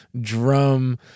drum